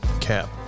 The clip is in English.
Cap